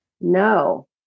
no